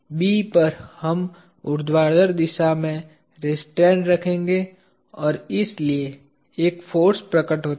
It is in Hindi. B पर हम ऊर्ध्वाधर दिशा में रिस्ट्रैन्ट रखेंगे और इसलिए एक फाॅर्स प्रकट होता है